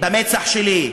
על המצח שלי?